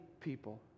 people